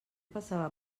passava